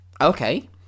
Okay